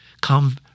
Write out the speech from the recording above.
Come